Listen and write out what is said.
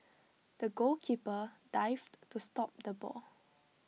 the goalkeeper dived to stop the ball